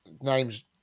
name's